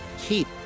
keep